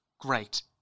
Great